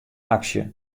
aksje